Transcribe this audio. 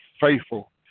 faithful